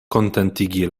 kontentigi